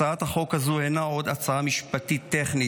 הצעת החוק הזו אינה עוד הצעה משפטית טכנית,